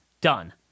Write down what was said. Done